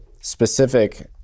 specific